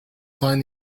find